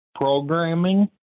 programming